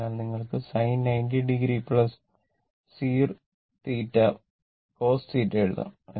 അതിനാൽ നിങ്ങൾക്ക് sin 90 o cos എഴുതാം